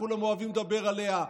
שכולם אוהבים לדבר עליה,